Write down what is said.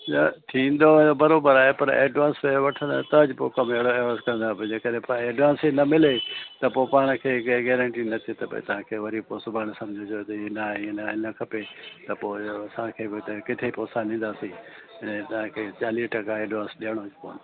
न थींदव त बराबरि आहे पर एडवांस ए वठंदा त ज पोइ कमु कंदा भई जेकॾहिं त एडवांस ई न मिले त पोइ पाण खे गे गैरंटी न थी त भई तव्हांखे वरी पोइ सुभाणे सम्झजो त ईअं न आहे ईअं न आहे ईअं न खपे त पोइ इहो असांखे बि किथे पोइ असां ॾींदासीं ऐं तव्हांखे चालीह टका एडवांस ॾियणो ई पवंदो आहे